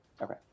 Okay